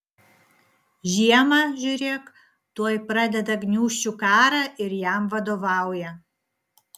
žiemą žiūrėk tuoj pradeda gniūžčių karą ir jam vadovauja